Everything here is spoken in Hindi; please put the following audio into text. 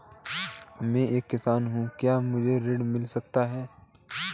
मैं एक किसान हूँ क्या मुझे ऋण मिल सकता है?